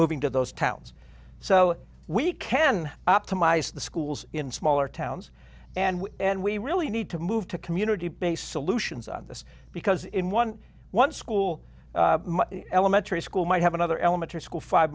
moving to those towns so we can optimize the schools in smaller towns and and we really need to move to community based solutions on this because in one one school elementary school might have another elementary school five